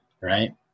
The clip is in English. right